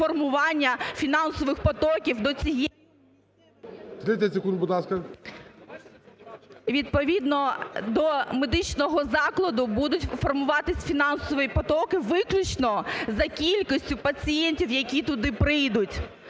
Відповідно, до медичного закладу будуть формуватися фінансові потоки виключно за кількістю пацієнтів, які туди прийдуть.